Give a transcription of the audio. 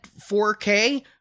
4K